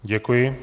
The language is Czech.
Děkuji.